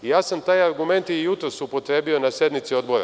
Ja sam taj argument i jutros upotrebio na sednici Odbora.